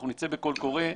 אנחנו נצא בקול קורא,